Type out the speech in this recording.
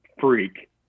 freak